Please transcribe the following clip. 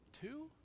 Two